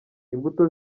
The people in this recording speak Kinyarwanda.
imbuto